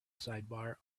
sidebar